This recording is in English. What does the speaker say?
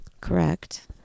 Correct